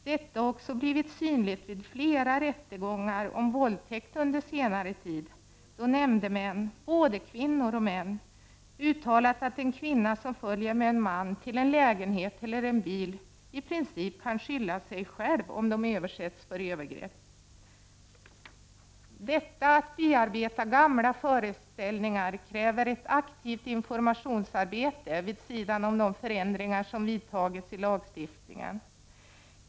Detta har också blivit synligt vid flera rättegångar om våldtäkt under senare tid, då nämndemän — både kvinnor och män — uttalat att en kvinna som följer med en man till en lägenhet eller en bil i princip kan skylla sig själv om hon sedan utsätts för övergrepp. Att bearbeta gamla föreställningar kräver ett aktivt informationsarbete vid sidan om de förändringar som vidtagits i lagstiftningen.